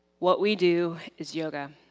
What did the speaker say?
what we do is yoga.